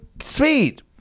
sweet